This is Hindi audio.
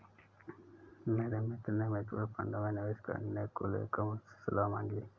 मेरे मित्र ने म्यूच्यूअल फंड में निवेश करने को लेकर मुझसे सलाह मांगी है